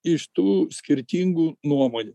iš tų skirtingų nuomonių